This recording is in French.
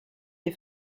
des